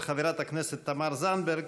של חברת הכנסת תמר זנדברג.